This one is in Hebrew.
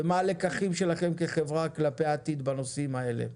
ומה הלקחים שלכם כחברה כלפי העתיד בנושאים האלה.